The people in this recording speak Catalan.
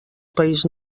país